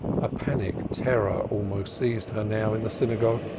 a panic terror almost seized her now, in the synagogue,